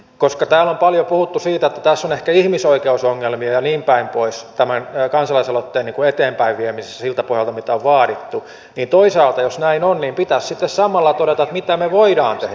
kun täällä on paljon puhuttu siitä että tässä on ehkä ihmisoikeusongelmia ja niinpäin pois tämän kansalaisaloitteen eteenpäinviemisessä siltä pohjalta mitä on vaadittu niin toisaalta jos näin on pitäisi sitten samalla todeta että mitä me voimme tehdä